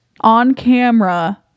on-camera